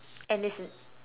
and it's